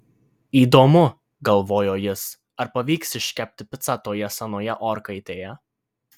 įdomu galvojo jis ar pavyks iškepti picą toje senoje orkaitėje